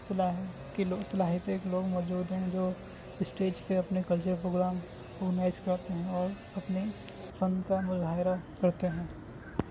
صلاحیت کے لوگ صلاحیت کے لوگ موجود ہیں جو اسٹیج پہ اپنے کلچرل پروگرام آرگنائز کراتے ہیں اور اپنے فن کا مظاہرہ کرتے ہیں